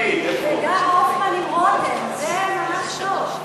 וגר הופמן עם רותם, זה ממש טוב.